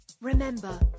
Remember